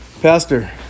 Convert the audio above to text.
Pastor